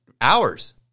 hours